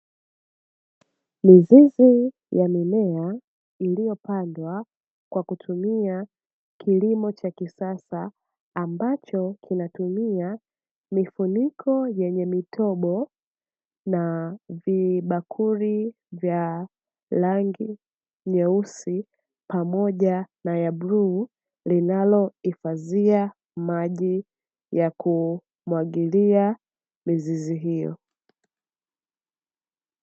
Mizizi ya mimea iliyopandwa kwa kutumia kilimo cha kisasa, ambacho kinatumia mifuniko yenye mitobo na vibakuli vya rangi nyeusi pamoja na ya buu linalo hifadhia maji ya kumwagilia mizizi hiyo.